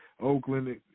Oakland